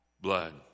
blood